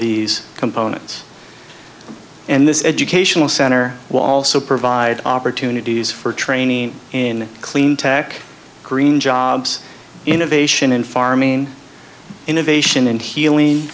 these components and this educational center will also provide opportunities for training in clean tech green jobs innovation in farming innovation and healing